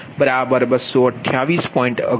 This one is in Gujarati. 3637 4020